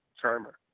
charmer